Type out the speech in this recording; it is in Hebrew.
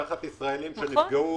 לקחת ישראלים שנפגעו